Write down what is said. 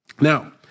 now